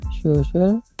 social